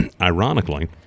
ironically